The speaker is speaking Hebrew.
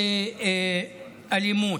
ולאלימות.